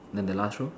then the last row